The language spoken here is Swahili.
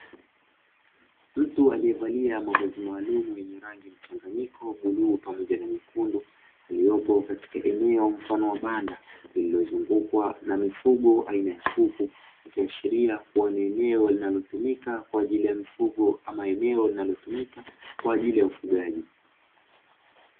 Mtu aliyevalia mavazi maalumu, yenye rangi ya mchanganyiko bluu pamoja na nyekundu, aliyepo katika eneo mfano wa banda lililozungukwa na mifugo aina ya kuku, ikiashiria kuwa ni eneo linalotumika kwa ajili ya mifugo ama eneo linalotumika kwa ajili ya ufugaji.